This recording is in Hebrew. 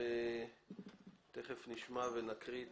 תיכף נקרא את